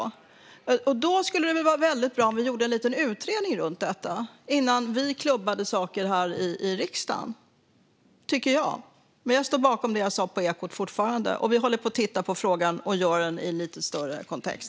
Därför tycker jag att det skulle vara väldigt bra om man gjorde en liten utredning om detta innan vi klubbar saker här i riksdagen. Jag står fortfarande bakom det jag sa i Ekot , och vi håller på att titta på frågan i en lite större kontext.